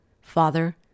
Father